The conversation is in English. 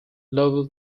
novel